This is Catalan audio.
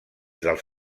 dels